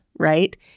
right